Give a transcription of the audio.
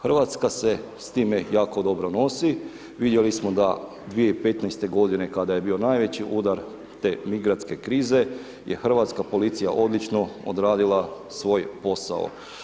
Hrvatska se sa time jako dobro nosi, vidjeli smo da 2015. godine kada je bio najveći udar te migrantske krize je Hrvatska policija odlično odradila svoj posao.